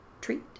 Treat